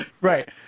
Right